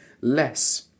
less